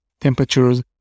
temperatures